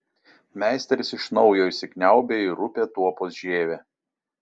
meisteris iš naujo įsikniaubia į rupią tuopos žievę